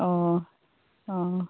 অঁ অঁ